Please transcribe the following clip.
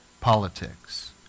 politics